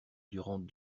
durant